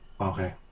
okay